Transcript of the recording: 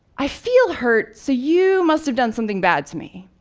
i feel hurt so you must have done something bad to me.